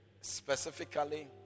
specifically